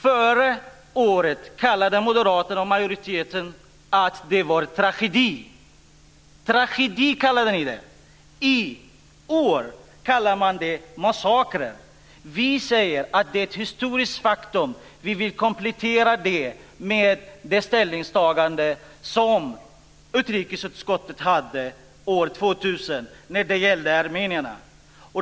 Förra året kallade den moderata majoriteten detta för en tragedi. I år kallar man det för massakrer. Vi säger att det är ett historiskt faktum. Vi vill komplettera det med det ställningstagande som utrikesutskottet gjorde år 2000 när det gällde armenierna.